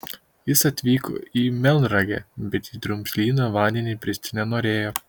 jis atvyko į melnragę bet į drumzliną vandenį bristi nenorėjo